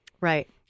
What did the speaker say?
Right